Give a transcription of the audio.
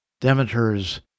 Demeter's